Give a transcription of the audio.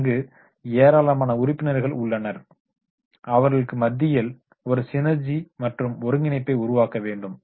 அங்கு ஏராளமான உறுப்பினர்கள் உள்ளன அவர்களுக்கு மத்தியில் ஒரு சினெர்ஜி மற்றும் ஒருங்கிணைப்பை உருவாக்க வேண்டும்